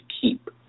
keep